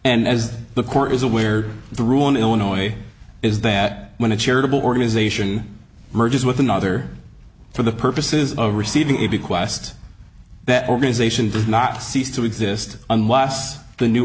and as the court is aware the rule in illinois is that when a charitable organization merges with another for the purposes of receiving it be quest that organization does not cease to exist unless the new